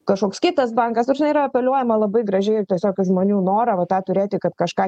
kažkoks kitas bankas ta prasme yra apeliuojama labai gražiai ir tiesiog į žmonių norą va tą turėti kad kažką